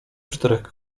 czterech